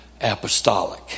apostolic